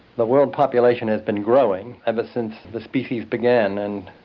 the world population has been growing ever since the species began, and